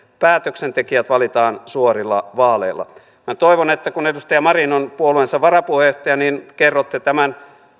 päätöksentekijät valitaan suorilla vaaleilla minä toivon että kun edustaja marin on puolueensa varapuheenjohtaja niin kerrotte tämän